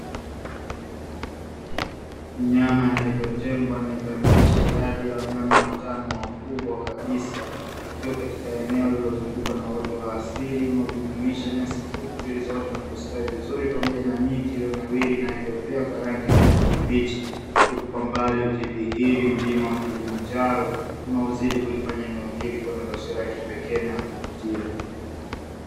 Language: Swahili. Mnyama anayeitwa tembo, anayekamilisha idadi ya wanyama watano wakubwa kabisa, akiwa katika eneo lililozungukwa na uoto wa asili, unaojumuisha nyasi fupi zilizoota na kustawi vizuri, pamoja na miti iliyopea kwa rangi kijani kibichi, huku kwa mbali ukidhihiri mlima wa Kilimanjaro, unaozidi kulifanya eneo hili, kuwa na sura ya kipekee na kuvutia.